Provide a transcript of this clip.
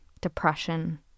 depression